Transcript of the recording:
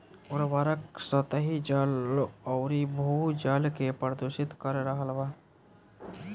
उर्वरक सतही जल अउरी भू जल के प्रदूषित कर रहल बा